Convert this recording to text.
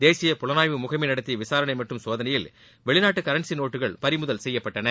தேசிய புலனாய்வு முகமைநடத்தியவிசாரணைமற்றும் சோதனையில் வெளிநாட்டுகரன்சிநோட்டுகள் பறிமுதல் செய்யப்பட்டன